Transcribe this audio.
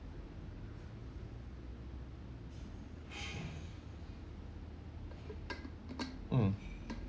mm